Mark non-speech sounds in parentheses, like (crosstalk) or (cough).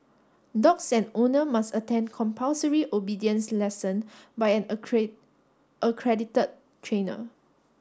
dogs and owner must attend compulsory obedience lesson by an (unintelligible) accredited trainer